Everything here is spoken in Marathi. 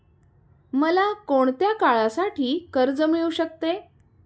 मला कोणत्या काळासाठी कर्ज मिळू शकते?